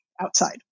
outside